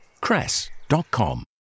cress.com